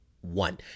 one